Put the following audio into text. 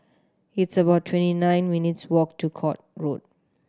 it's about twenty nine minutes' walk to Court Road